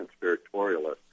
conspiratorialist